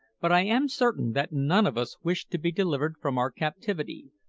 but i am certain that none of us wished to be delivered from our captivity,